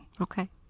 Okay